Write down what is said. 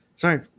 Sorry